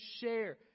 share